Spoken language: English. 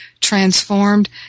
transformed